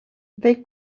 they